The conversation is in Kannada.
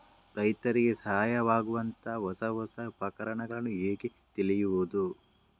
ರೈತರಿಗೆ ಸಹಾಯವಾಗುವಂತಹ ಹೊಸ ಹೊಸ ಉಪಕರಣಗಳನ್ನು ಹೇಗೆ ತಿಳಿಯುವುದು?